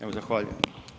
Evo zahvaljujem.